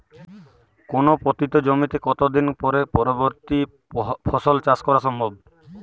কোনো পতিত জমিতে কত দিন পরে পরবর্তী ফসল চাষ করা সম্ভব?